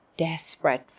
Desperate